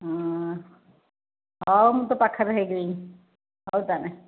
ହଁ ହଉ ମୁଁ ତ ପାଖରେ ହୋଇଗଲିଣି ହଉ ତାହେଲେ